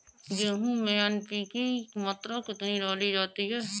गेहूँ में एन.पी.के की मात्रा कितनी डाली जाती है?